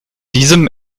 diesem